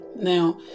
Now